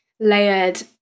layered